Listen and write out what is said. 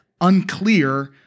unclear